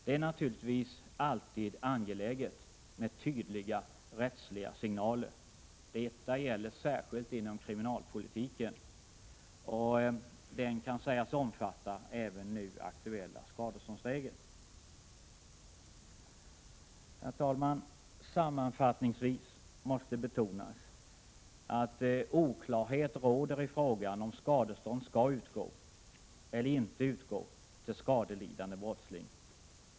Det är naturligtvis alltid angeläget med tydliga rättsliga signaler. Detta gäller särskilt inom kriminalpolitiken, och den kan sägas omfatta även nu aktuella skadeståndsregler. Herr talman! Sammanfattningsvis måste betonas att oklarhet råder i frågan om skadestånd skall utgå eller inte utgå till skadelidande brottsling.